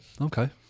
okay